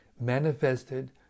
manifested